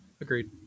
agreed